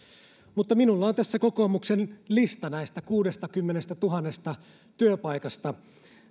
mutta minulla on tässä kokoomuksen lista näistä kuudestakymmenestätuhannesta työpaikasta